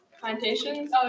plantations